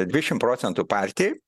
dvidešim procentų partijai